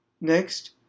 Next